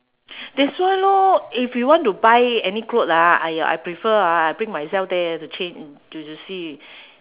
that's why lor if you want to buy any clothes lah !aiya! I prefer ah I bring myself there to change in to to see